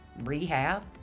rehab